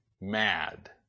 mad